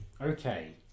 Okay